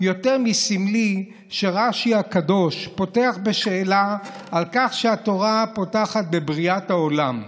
יותר מסמלי שרש"י הקדוש פותח בשאלה על כך שהתורה פותחת בבריאת העולם: